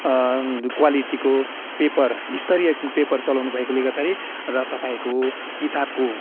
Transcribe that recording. क्वालिटीको पेपर स्तरीय पेपर चलाउनुभएकोले गर्दाखेरि र तपाईँहरूको किताबको